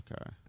Okay